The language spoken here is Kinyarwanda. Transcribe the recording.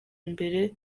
imbere